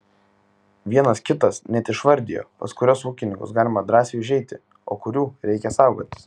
vienas kitas net išvardijo pas kuriuos ūkininkus galima drąsiai užeiti o kurių reikia saugotis